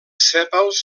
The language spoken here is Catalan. sèpals